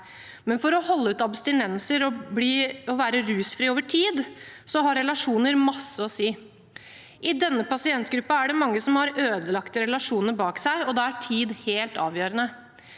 men for å holde ut abstinenser og være rusfri over tid har relasjoner masse å si. I denne pasientgruppen er det mange som har ødelagte relasjoner bak seg, og da er tid helt avgjørende.